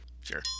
Sure